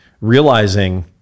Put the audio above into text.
realizing